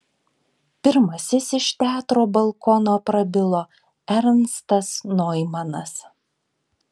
pirmasis iš teatro balkono prabilo ernstas noimanas